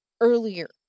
earlier